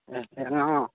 ꯑꯦ